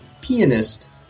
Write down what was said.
pianist